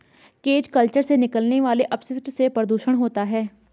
cage culture से निकलने वाले अपशिष्ट से प्रदुषण होता है